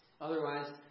Otherwise